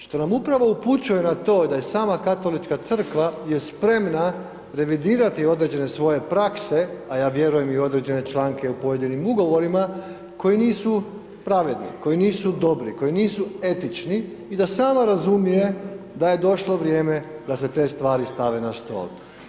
Što nam upravo upućuje na to, da i sama Katolička crkva je spremna revidirati određene svoje prakse, a ja vjerujem i određene članke u pojedinim ugovorima, koji nisu pravedni, koji nisu dobri, koji nisu etični i da sama razumije da je došlo vrijeme da se te stvari stave na stol.